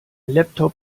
laptop